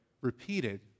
repeated